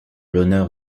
l’honneur